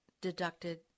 deducted